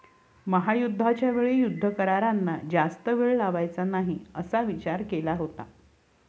महायुद्धाच्या वेळी युद्ध करारांना जास्त वेळ लावायचा नाही असा विचार केला होता